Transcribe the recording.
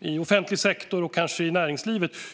i offentlig sektor och kanske i näringslivet.